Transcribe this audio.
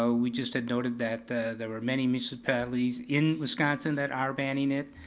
so we just had noted that there were many municipalities in wisconsin that are banning it.